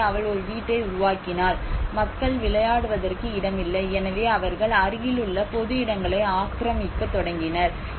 எனவே அவள் ஒரு வீட்டை உருவாக்கினாள் மக்கள் விளையாடுவதற்கு இடமில்லை எனவே அவர்கள் அருகிலுள்ள பொது இடங்களை ஆக்கிரமிக்கத் தொடங்கினர்